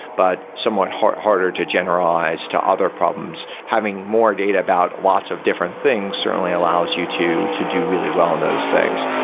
but somewhat harder to generalize to other problems. having more data about lots of different things certainly allows you to to do really well on those things.